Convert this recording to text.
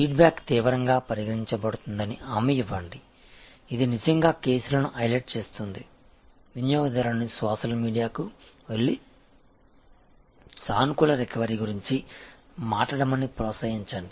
feedback తీవ్రంగా పరిగణించబడుతుందని హామీ ఇవ్వండి ఇది నిజంగా కేసులను హైలైట్ చేస్తుంది వినియోగదారుడుని సోషల్ మీడియాకు వెళ్లి సానుకూల రికవరీ గురించి మాట్లాడమని ప్రోత్సహించండి